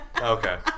Okay